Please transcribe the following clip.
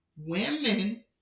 women